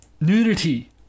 nudity